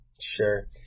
Sure